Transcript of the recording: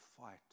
fight